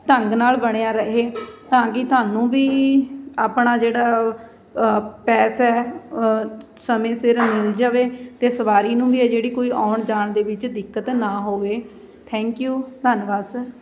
ਢੰਗ ਨਾਲ ਬਣਿਆ ਰਹੇ ਤਾਂ ਕਿ ਤੁਹਾਨੂੰ ਵੀ ਆਪਣਾ ਜਿਹੜਾ ਪੈਸਾ ਸਮੇਂ ਸਿਰ ਮਿਲ ਜਾਵੇ ਅਤੇ ਸਵਾਰੀ ਨੂੰ ਵੀ ਹੈ ਜਿਹੜੀ ਕੋਈ ਆਉਣ ਜਾਣ ਦੇ ਵਿੱਚ ਦਿੱਕਤ ਨਾ ਹੋਵੇ ਥੈਂਕ ਯੂ ਧੰਨਵਾਦ ਸਰ